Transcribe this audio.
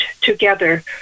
together